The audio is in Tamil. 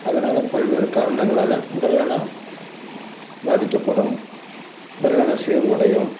அதனால் பல்வேறு காரணங்களால் உடல் நலம் பாதிக்கப்படும் உடல் நலம் சோர்வு அடையும்